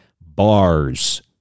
bars